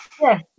yes